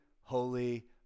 holy